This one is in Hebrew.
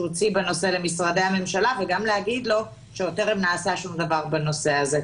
הוציא בנושא למשרדי הממשלה וגם לומר לו שטרם נעשה משהו בנושא הזה.